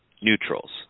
neutrals